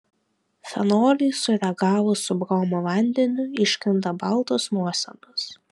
fenoliui sureagavus su bromo vandeniu iškrenta baltos nuosėdos